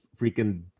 freaking